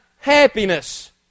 happiness